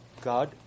God